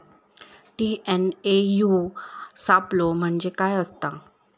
TNAU सापलो म्हणजे काय असतां?